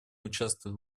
участвует